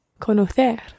conocer